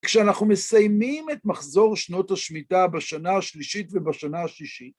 כשאנחנו מסיימים את מחזור שנות השמיטה בשנה השלישית ובשנה השישית,